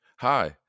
Hi